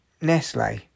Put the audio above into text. Nestle